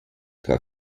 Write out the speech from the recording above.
tra